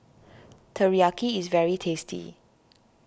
Teriyaki is very tasty